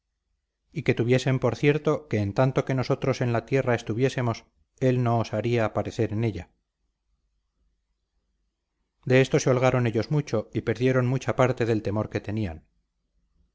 y que tuviesen por cierto que en tanto que nosotros en la tierra estuviésemos él no osaría parecer en ella de esto se holgaron ellos mucho y perdieron mucha parte del temor que tenían